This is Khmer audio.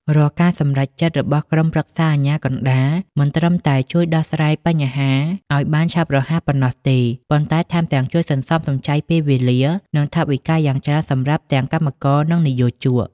រាល់ការសម្រេចចិត្តរបស់ក្រុមប្រឹក្សាអាជ្ញាកណ្តាល មិនត្រឹមតែជួយដោះស្រាយបញ្ហាឱ្យបានឆាប់រហ័សប៉ុណ្ណោះទេ ប៉ុន្តែថែមទាំងជួយសន្សំសំចៃពេលវេលា និងថវិកាយ៉ាងច្រើនសម្រាប់ទាំងកម្មករ និងនិយោជក។